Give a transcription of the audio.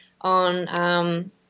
on